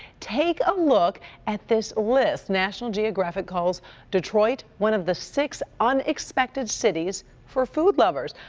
take a look at this list national geographic calls detroit one of the six unexpected cities for food lovers,